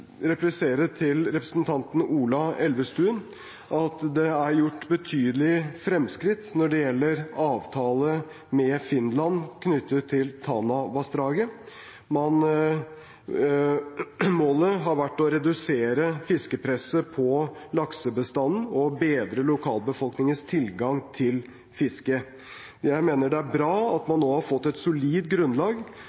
replisere til representanten Ola Elvestuen at det er gjort betydelig fremskritt når det gjelder avtale med Finland knyttet til Tanavassdraget. Målet har vært å redusere fiskepresset på laksebestanden og bedre lokalbefolkningens tilgang til fiske. Jeg mener det er bra at man nå har fått et solid grunnlag